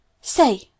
Say